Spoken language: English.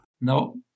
No